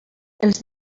els